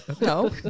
No